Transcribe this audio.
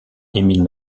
émile